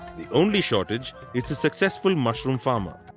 the only shortage is the successful mushroom farmer.